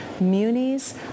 Munis